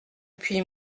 puis